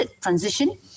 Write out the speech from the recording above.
transition